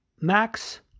Max